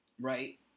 right